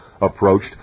approached